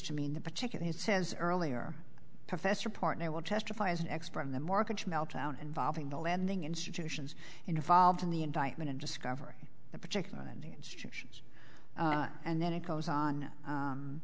to mean that particular he says earlier professor partner will testify as an expert in the mortgage meltdown involving the lending institutions involved in the indictment and discovery the particular instructions and then it goes on